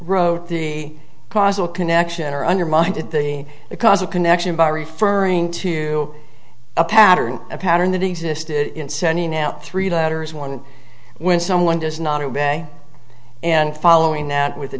the causal connection or undermined at the causal connection by referring to a pattern a pattern that existed in sending out three letters one when someone does not obey and following out with a